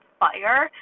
fire